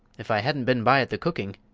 if i hadn't been by at the cooking,